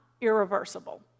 irreversible